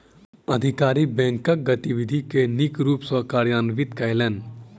अधिकारी बैंकक गतिविधि के नीक रूप सॅ कार्यान्वित कयलैन